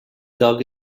dug